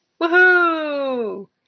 Woohoo